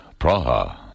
Praha